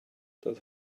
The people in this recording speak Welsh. doedd